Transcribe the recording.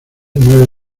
nueve